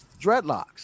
dreadlocks